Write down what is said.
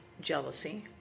jealousy